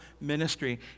ministry